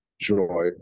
joy